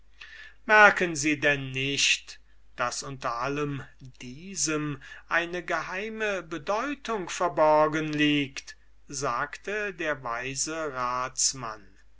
merken sie denn nicht daß unter allem diesem eine geheime bedeutung verborgen liegt sagte der weise